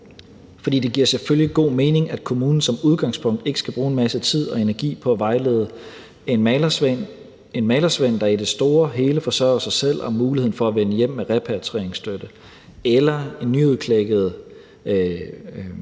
Det giver selvfølgelig god mening, at kommunen som udgangspunkt ikke skal bruge en masse tid og energi på at vejlede en malersvend, der i det store hele forsørger sig selv, om muligheden for at vende hjem med repatrieringsstøtte, eller en nyudklækket